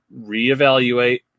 reevaluate